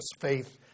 faith